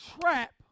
trap